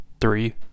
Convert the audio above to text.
three